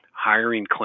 Hiring